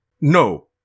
No